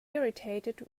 irritated